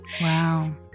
Wow